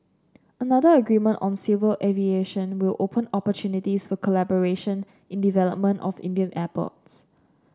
another agreement on civil aviation will open opportunities for collaboration in development of Indian airport